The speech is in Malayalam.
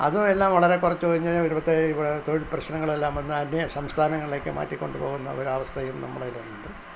അത് എല്ലാം വളരെ കുറച്ചൊഴിഞ്ഞുകഴിഞ്ഞാൽ ഒരു പത്തൈയ്യായിരം രൂപയുടെ തൊഴിൽ പ്രശ്നങ്ങളെല്ലാം വന്ന് അന്യസംസ്ഥാനങ്ങളിലേക്കു മാറ്റിക്കൊണ്ടു പോകുന്ന ഒരവസ്ഥയും നമ്മുടെ കയ്യിലുണ്ട്